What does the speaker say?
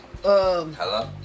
Hello